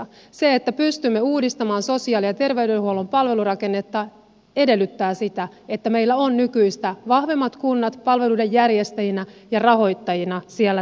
se että pystymme uudistamaan sosiaali ja terveydenhuollon palvelurakennetta edellyttää sitä että meillä on nykyistä vahvemmat kunnat palveluiden järjestäjinä ja rahoittajina siellä taustalla